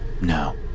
No